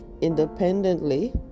independently